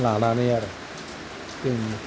लानानै आरो जोंनि